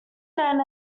known